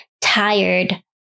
tired